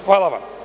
Hvala vam.